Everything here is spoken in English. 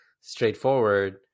straightforward